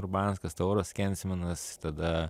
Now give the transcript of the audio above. urbanskas tauras kensminas tada